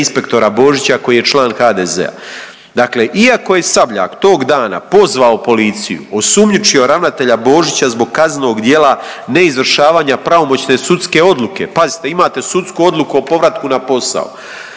inspektora Božića koji je član HDZ-a. Dakle, iako je Sabljak tog dana pozvao policiju, osumnjičio ravnatelja Božića zbog kaznenog djela neizvršavanja pravomoćne sudske odluke, pazite imate sudsku odluku o povratku na posao